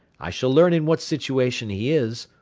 i shall learn in what situation he is,